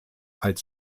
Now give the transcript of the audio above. als